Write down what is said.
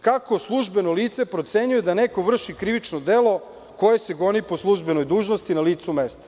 Kako službeno lice procenjuje da neko vrši krivično delo koje se goni po službenoj dužnosti na licu mesta?